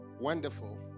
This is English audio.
Wonderful